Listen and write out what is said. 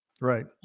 right